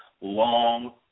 long